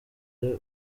uyu